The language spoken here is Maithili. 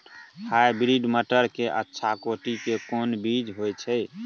हाइब्रिड मटर के अच्छा कोटि के कोन बीज होय छै?